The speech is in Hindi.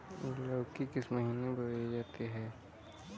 लौकी किस महीने में बोई जाती है?